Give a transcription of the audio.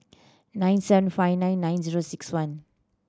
nine seven five nine nine zero six one